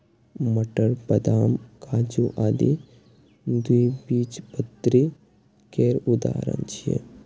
मटर, बदाम, काजू आदि द्विबीजपत्री केर उदाहरण छियै